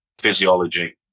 physiology